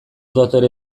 dotore